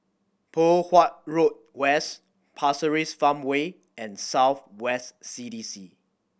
Poh Huat Road West Pasir Ris Farmway and South West C D C